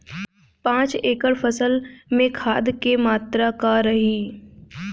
पाँच एकड़ फसल में खाद के मात्रा का रही?